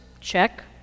Check